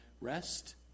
rest